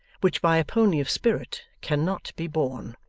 which by a pony of spirit cannot be borne.